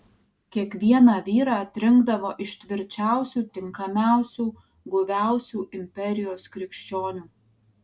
kiekvieną vyrą atrinkdavo iš tvirčiausių tinkamiausių guviausių imperijos krikščionių